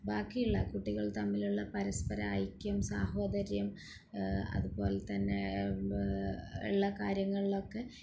ബാക്കിയുള്ള കുട്ടികൾ തമ്മിലുള്ള പരസ്പര ഐക്യം സാഹോദര്യം അതുപോലെതന്നെ ഉള്ള കാര്യങ്ങളിലൊക്കെ